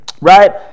right